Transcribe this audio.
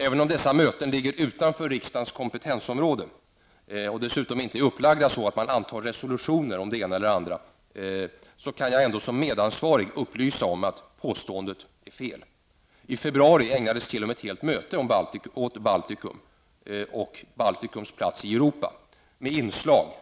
Även om dessa möten ligger utanför riksdagens kompetensområde och dessutom inte är upplagda så att man antar resolutioner om det ena eller det andra, kan jag ändå som medansvarig upplysa om att detta påstående är fel. I februari ägnades t.o.m. ett helt möte åt Baltikums plats i Europa, med inslag